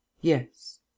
yes